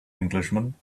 englishman